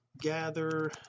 gather